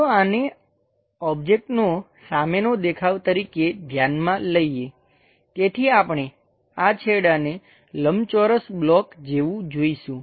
ચાલો આને ઓબ્જેક્ટનો સામેનો દેખાવ તરીકે ધ્યાનમાં લઈએ તેથી આપણે આ છેડાને લંબચોરસ બ્લોક જેવું જોઈશું